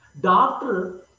Doctor